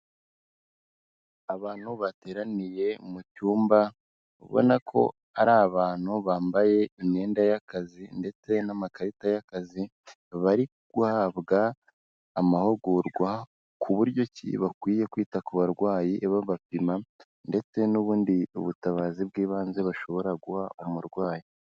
Abantu bateraniye mu cyumba, ubona ko ari abantu bambaye imyenda y'akazi ndetse n'amakarita y'akazi, bari guhabwa amahugurwa ku buryo ki bakwiye kwita ku barwayi, babapima ndetse n'ubundi butabazi bw'ibanze bashobora guha umurwayi.